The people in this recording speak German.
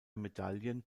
medaillen